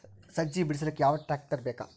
ಸಜ್ಜಿ ಬಿಡಿಸಿಲಕ ಯಾವ ಟ್ರಾಕ್ಟರ್ ಬೇಕ?